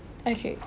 okay